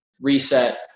reset